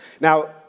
Now